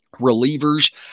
Relievers